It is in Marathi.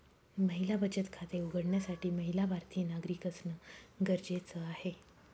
महिला बचत खाते उघडण्यासाठी महिला भारतीय नागरिक असणं गरजेच आहे